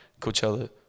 Coachella